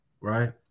right